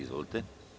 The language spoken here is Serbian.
Izvolite.